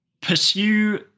pursue